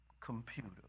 computer